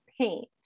paint